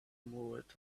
moved